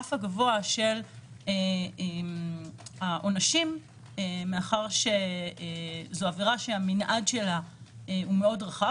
ברף הגבוה של העונשים מאחר שזו עבירה שהמנעד שלה רחב מאוד,